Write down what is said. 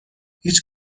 هیچ